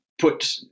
put